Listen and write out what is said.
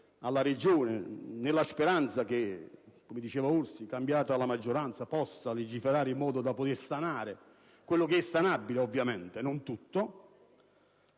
alla Regione nella speranza che, come diceva Orsi, cambiata la maggioranza si possa legiferare in modo da poter sanare il sanabile e non tutto,